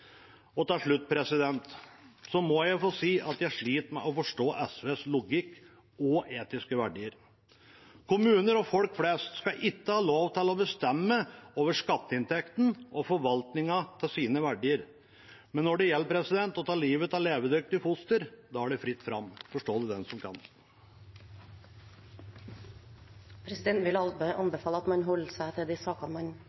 Til slutt må jeg få si at jeg sliter med å forstå SVs logikk og etiske verdier. Kommuner og folk flest skal ikke ha lov til å bestemme over skatteinntektene og forvaltningen av sine verdier. Men når det gjelder å ta livet av levedyktige fostre, da er det fritt fram. Forstå det den som kan. Presidenten vil anbefale at man